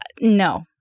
No